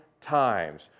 times